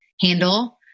handle